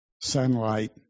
sunlight